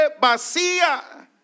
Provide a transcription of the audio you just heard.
vacía